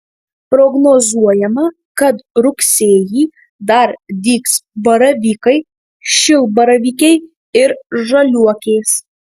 prognozuojama kad rugsėjį dar dygs baravykai šilbaravykiai ir žaliuokės